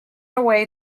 away